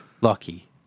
Lucky